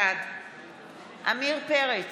בעד עמיר פרץ,